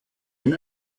ein